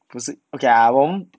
不是 okay lah 我们